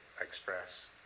express